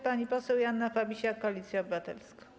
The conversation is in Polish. Pani poseł Joanna Fabisiak, Koalicja Obywatelska.